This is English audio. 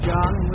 John